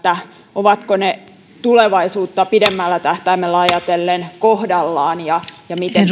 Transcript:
ovatko ne tulevaisuutta pidemmällä tähtäimellä ajatellen kohdallaan ja ja miten